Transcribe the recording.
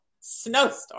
snowstorm